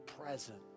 present